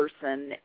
person